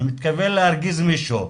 מתכוון להרגיז מישהו.